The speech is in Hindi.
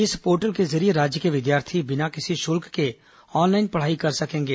इस पोर्टल के जरिये राज्य के विद्यार्थी बिना किसी शुल्क के ऑनलाइन पढ़ाई कर सकेंगे